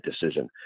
decision